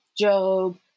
Job